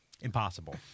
Impossible